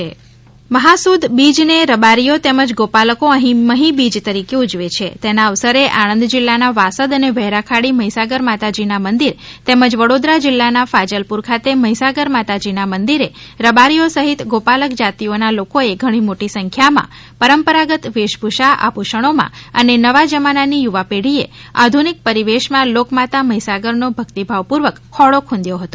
મહાસુદ બીજ મહાસુદ બીજને રબારીઓ તેમજ ગોપાલકો મહી બીજ તરીકે ઉજવે છે તેના અવસરે આણંદ જિલ્લાના વાસદ અને વહેરાખાડી મહીસાગર માતાજીના મંદિર તેમજ વડીદરા જિલ્લાના ફાજલપુર ખાતે મહીસાગર માતાજીના મંદિરે રબારીઓ સહિત ગોપાલક જાતિઓના લોકોએ ઘણી મોટી સંખ્યામાં પરંપરાગત વેશભૂષા આભૂષણીમાં અને નવા જમાનાની યુવા પેઢીએ આધુનિક પરિવેશમાં લોકમાતા મહીસાગરનો ભક્તિભાવપૂર્વક ખોળો ખૂંદયો હતો